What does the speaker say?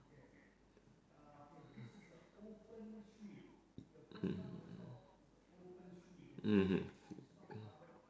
mmhmm